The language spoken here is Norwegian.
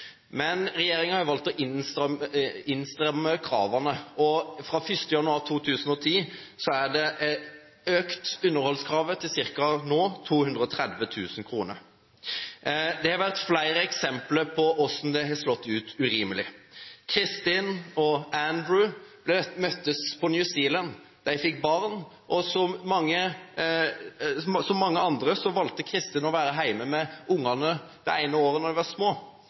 Men regjeringen har jo valgt å stramme inn kravene. Fra 1. januar 2010 er underholdskravet økt til ca. 230 000 kr. Det har vært flere eksempler på hvordan det har slått urimelig ut. Kristin og Andrew møttes på New Zealand. De fikk barn, og, som mange andre, Kristin valgte å være hjemme med barna ett år da de var små